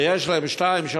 שיש להם שתיים,